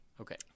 okay